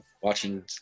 Watching